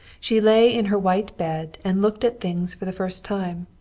she lay in her white bed and looked at things for the first time.